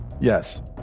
Yes